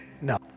No